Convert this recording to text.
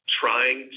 trying